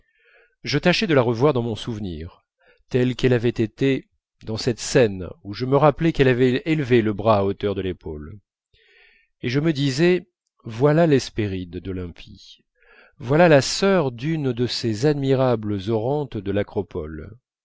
je tâchais de la revoir dans mon souvenir telle qu'elle avait été dans cette scène où je me rappelais qu'elle avait élevé le bras à la hauteur de l'épaule et je me disais voilà l'hespéride d'olympie voilà la sœur d'une de ces admirables orantes de l'acropole